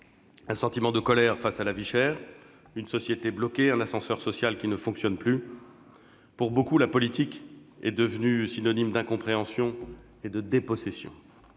un sentiment de colère face à la vie chère, à une société bloquée, à un ascenseur social qui ne fonctionne plus. Pour beaucoup, la politique est devenue synonyme d'incompréhension et de dépossession.